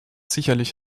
sicherlich